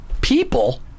people